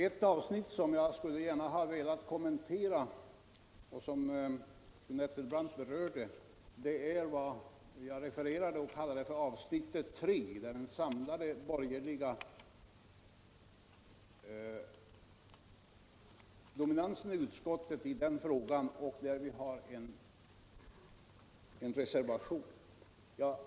Ett avsnitt som jag gärna skulle ha velat kommentera, och som fru Nettelbrandt berörde, är vad jag refererade och kallade för avsnitt 3; där finns en samlad borgerlig dominans i utskottet, och vi har en reservation.